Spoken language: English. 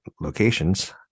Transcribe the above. locations